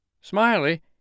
Smiley